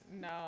No